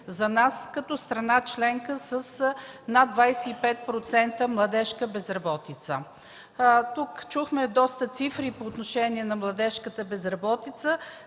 за нас като страна членка с над 25% младежка безработица. Тук чухме доста цифри по отношение на младежката безработица.